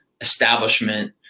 establishment